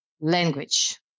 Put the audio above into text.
language